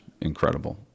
incredible